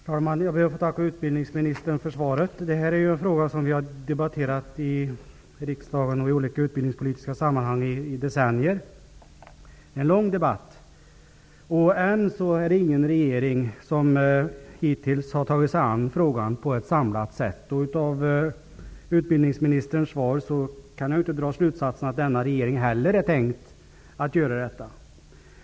Herr talman! Jag ber att få tacka utbildningsministern för svaret. Detta är ju en fråga som vi har debatterat i riksdagen och i olika utbildningspolitiska sammanhang i decennier. Det är en lång debatt. Hittills har ingen regering tagit sig an frågan på ett samlat sätt. Av utbildningsministerns svar kan jag dra den slutsatsen att denna regering inte heller har tänkt att göra detta.